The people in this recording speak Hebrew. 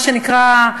מה שנקרא,